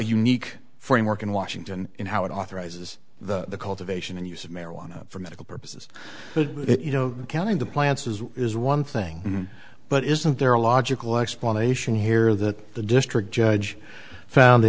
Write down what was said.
unique framework in washington in how it authorizes the cultivation and use of marijuana for medical purposes you know counting the plants as is one thing but isn't there a logical explanation here that the district judge found the